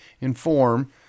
inform